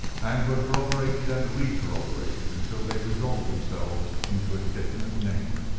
and were corroborated and re-corroborated, until they resolved themselves into a definite name.